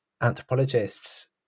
anthropologists